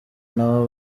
nabo